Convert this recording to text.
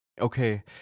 Okay